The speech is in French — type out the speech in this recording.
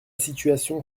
situation